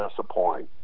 disappoint